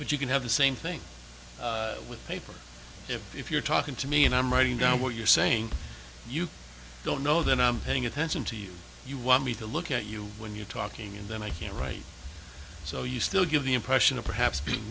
but you can have the same thing with paper if you're talking to me and i'm writing down what you're saying you don't know that i'm paying attention to you you want me to look at you when you're talking and then i can't write so you still give the impression of perhaps being